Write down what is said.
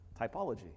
typology